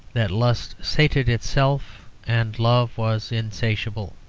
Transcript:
that lust sated itself and love was insatiable.